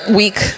week